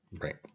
Right